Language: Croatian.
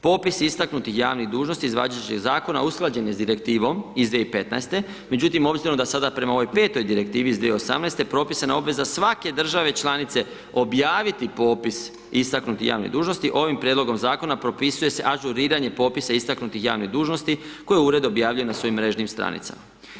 Popis istaknutih javnih dužnosti iz važećeg zakona usklađen je s direktivnom iz 2015. međutim obzirom da sada prema ovoj 5. Direktivi iz 2018. propisana je obveza svake države članice objaviti popis istaknutih javnih dužnosti, ovim prijedlogom zakona propisuje se ažuriranje popisa istaknutih javnih dužnosti koji ured objavljuje na svojim mrežnim stranicama.